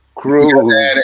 crew